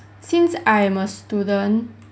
since I'm a student